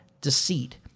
deceit